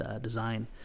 design